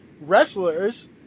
wrestlers